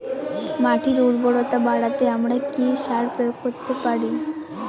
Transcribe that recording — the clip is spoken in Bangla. মাটির উর্বরতা বাড়াতে আমরা কি সার প্রয়োগ করতে পারি?